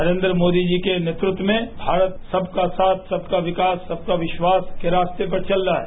नरेन्द्र मोदी जी के नेतृत्व में भारत सबका साथ सबका विकास सबका विश्वास के रास्ते पर चल रहा है